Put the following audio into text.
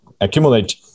accumulate